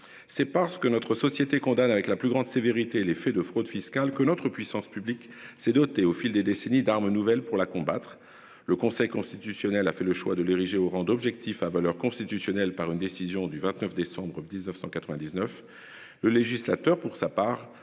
c'est parce que notre société condamne avec la plus grande sévérité. Les faits de fraude fiscale que notre puissance publique s'est dotée au fil des décennies d'armes nouvelles pour la combattre. Le Conseil constitutionnel a fait le choix de l'ériger au rang d'objectif à valeur constitutionnelle par une décision du 29 décembre 1999. Le législateur pour sa part, à examiner puis adopté la loi du 23 octobre 2018,